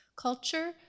culture